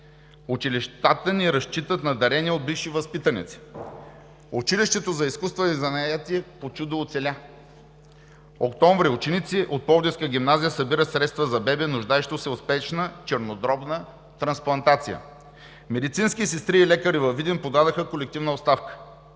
„Училищата ни разчитат на дарения от бивши възпитаници“; „Училището за изкуства и занаяти по чудо оцеля“; октомври: „Ученици от пловдивска гимназия събират средства за бебе, нуждаещо се от спешна чернодробна трансплантация“; „Медицински сестри и лекари във Видин подадоха колективна оставка,